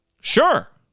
Sure